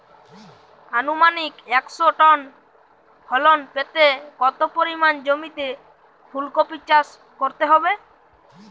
আনুমানিক একশো টন ফলন পেতে কত পরিমাণ জমিতে ফুলকপির চাষ করতে হবে?